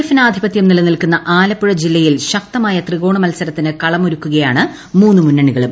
എഫിന് ആധിപതൃം നിലനിൽക്കുന്ന ആലപ്പുഴ ജില്ലയിൽ ശക്തമായ ത്രികോണ മത്സരത്തിന് കളമൊരുക്കുകയാണ് മൂന്ന് മുന്നണികളും